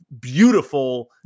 beautiful